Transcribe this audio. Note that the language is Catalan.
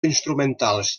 instrumentals